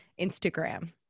Instagram